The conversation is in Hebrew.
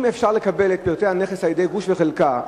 אם אפשר לקבל את פרטי הנכס על-ידי גוש וחלקה,